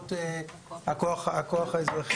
וסמכויות הכוח האזרחי,